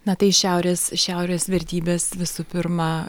na tai šiaurės šiaurės vertybės visų pirma